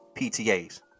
ptas